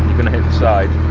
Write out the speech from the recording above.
gonna hit the side.